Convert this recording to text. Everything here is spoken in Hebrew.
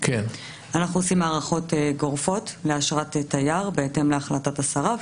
אנחנו עושים הארכות גורפות לאשרת תייר בהתאם להחלטת השרה,